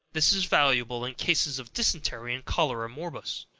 this is valuable in cases of dysentery and cholera morbus,